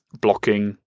blocking